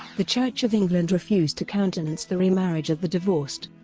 the church of england refused to countenance the remarriage of the divorced.